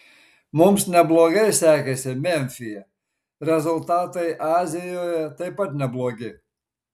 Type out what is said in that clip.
mums neblogai sekėsi memfyje rezultatai azijoje taip pat neblogi